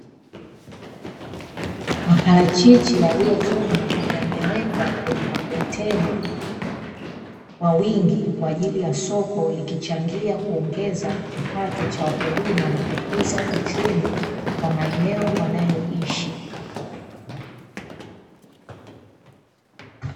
Maparachichi yaliyovunwa, yamewekwa kwenye makontena kwa wingi kwa ajili ya soko, likichangia kuongeza kipato cha wakulima na kukuza uchumi kwa maeneo wanayoishi.